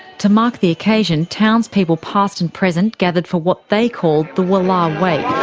to mark the occasion, townspeople past and present gathered for what they called the wollar um wake.